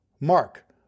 Mark